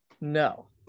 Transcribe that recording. no